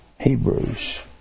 Hebrews